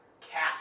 cat